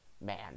man